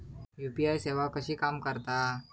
UPI सेवा कशी काम करता?